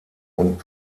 und